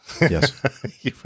yes